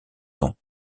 don